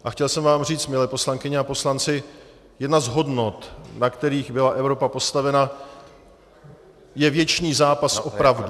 A chtěl jsem vám říct, milé poslankyně a poslanci, jedna z hodnot, na kterých byla Evropa postavena, je věčný zápas o pravdu.